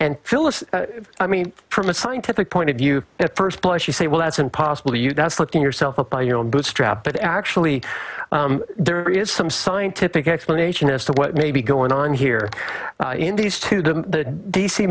and phyllis i mean from a scientific point of view at first blush you say well that's impossible you that's looking yourself up by your own bootstraps but actually there is some scientific explanation as to what may be going on here in these two the d